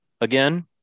Again